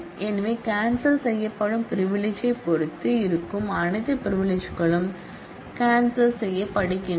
எனவே கேன்சல் செய்யப்படும் பிரிவிலிஜ்யைப் பொறுத்து இருக்கும் அனைத்து பிரிவிலிஜ்களும் கேன்சல் செய்யப்படுகின்றன